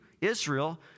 Israel